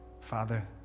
father